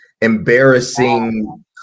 embarrassing